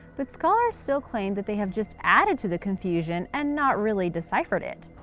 but scholars still claim that they have just added to the confusion and not really deciphered it.